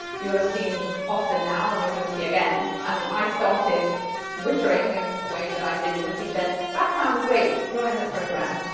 you will have seen often now and you're gonna see again. and i started whittering in the way that i do and she said, that sounds great, you're in the program.